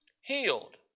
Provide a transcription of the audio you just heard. healed